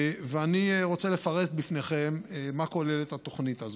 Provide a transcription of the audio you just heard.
ואני רוצה לפרט בפניכם מה כוללת התוכנית הזאת.